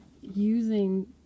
using